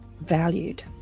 valued